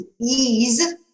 ease